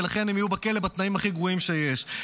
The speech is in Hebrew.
ולכן הם יהיו בכלא בתנאים הכי גרועים שיש.